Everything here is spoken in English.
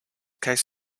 case